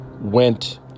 went